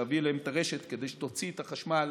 להביא אליהם את הרשת כדי שתוציא את החשמל